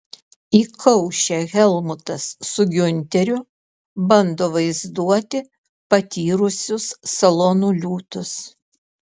įkaušę helmutas su giunteriu bando vaizduoti patyrusius salonų liūtus